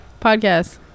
podcast